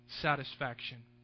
satisfaction